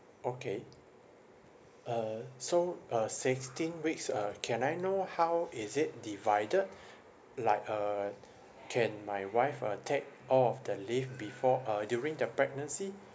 okay uh so uh sixteen weeks uh can I know how is it divided like uh can my wife uh take all of the leave before uh during the pregnancy